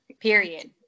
Period